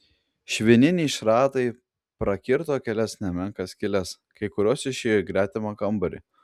švininiai šratai prakirto kelias nemenkas skyles kai kurios išėjo į gretimą kambarį